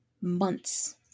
months